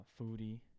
Foodie